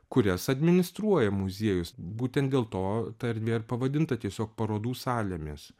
kurias administruoja muziejus būtent dėl to ta erdvė ir pavadinta tiesiog parodų salėmis